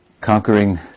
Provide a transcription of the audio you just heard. conquering